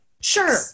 sure